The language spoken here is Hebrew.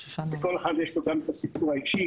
וכל אחד יש לו גם את הסיפור האישי.